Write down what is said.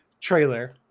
trailer